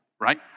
right